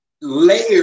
layer